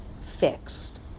fixed